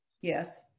yes